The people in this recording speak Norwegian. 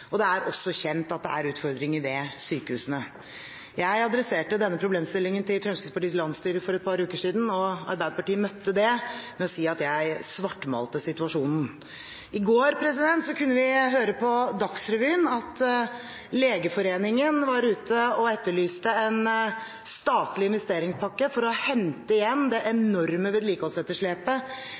og det er også kjent at det er utfordringer ved sykehusene. Jeg adresserte denne problemstillingen til Fremskrittspartiets landsstyre for et par uker siden, og Arbeiderpartiet møtte det med å si at jeg svartmalte situasjonen. I går kunne vi høre på Dagsrevyen at Legeforeningen var ute og etterlyste en statlig investeringspakke for å hente inn igjen det enorme vedlikeholdsetterslepet